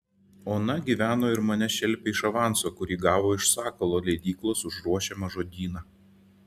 ona gyveno ir mane šelpė iš avanso kurį gavo iš sakalo leidyklos už ruošiamą žodyną